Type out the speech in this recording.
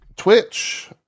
Twitch